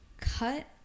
cut